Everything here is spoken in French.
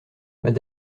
mme